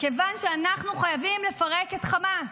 מכיוון שאנחנו חייבים לפרק את חמאס,